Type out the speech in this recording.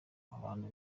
abantu